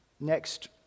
next